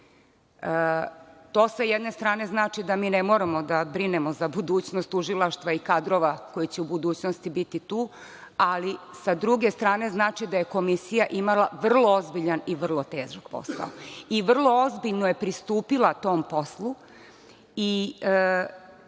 sa jedne strane znači da mi ne moramo da brinemo za budućnost tužilaštva i kadrova koji će u budućnosti biti tu, ali, sa druge strane znači da je komisija imala vrlo ozbiljan i vrlo težak posao. I vrlo ozbiljno je pristupila tom poslu i